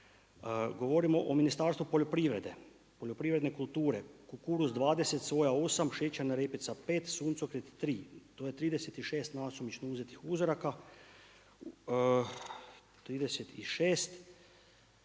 Govorimo o Ministarstvu poljoprivrede, poljoprivredne kulture, kukuruz 20, soja 8, šećerna repica 5, suncokret 3. To je 36 nasumično uzetih uzoraka, 36